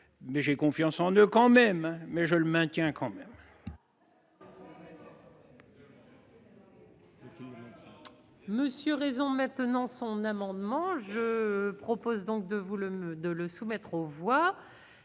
mais j'ai confiance en eux quand même mais je le maintiens quand même. Monsieur raison maintenant son amendement. Je propose donc de vous le de le soumettre au revoir,